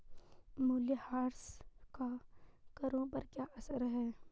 मूल्यह्रास का करों पर क्या असर है?